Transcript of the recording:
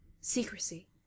Secrecy